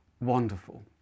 wonderful